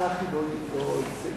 המלצת